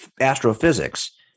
astrophysics